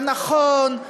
הנכון,